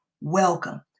Welcome